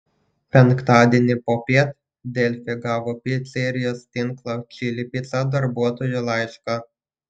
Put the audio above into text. penktadienį popiet delfi gavo picerijos tinklo čili pica darbuotojų laišką